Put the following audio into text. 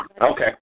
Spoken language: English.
Okay